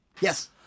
Yes